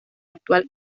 actual